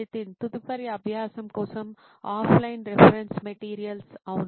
నితిన్ తదుపరి అభ్యాసం కోసం ఆఫ్లైన్ రిఫరెన్స్ మెటీరియల్స్ అవును